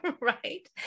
Right